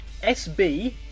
SB